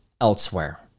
elsewhere